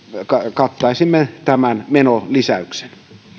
kattaisimme tämän menolisäyksen